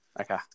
Okay